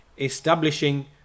establishing